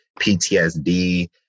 PTSD